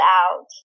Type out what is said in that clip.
out